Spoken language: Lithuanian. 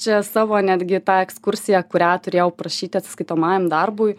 čia savo netgi tą ekskursiją kurią turėjau prašyti atsiskaitomajam darbui